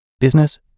business